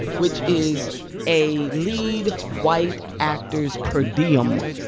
which is a lead white actor's per diem,